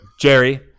jerry